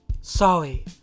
sorry